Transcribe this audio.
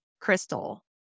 crystal